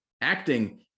acting